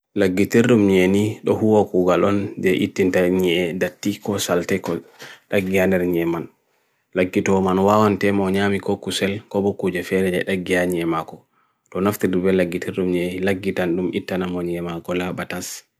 Kudol ittugo kuje to daggi ha nyi'e